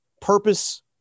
purpose